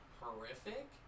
horrific